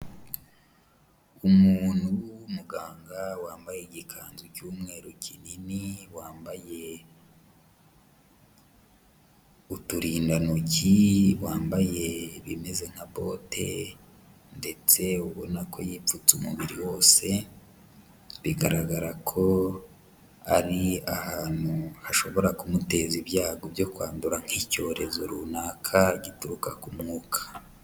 Umuntu w'umuganga wambaye igikanzu cy'umweru kinini, wambaye, uturindantoki, wambaye ibimeze nka bote, ndetse ubona ko yipfutse umubiri wose, bigaragara ko ari ahantu hashobora kumuteza ibyago byo kwandura nk'icyorezo runaka gituruka ku mwuka.